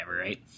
right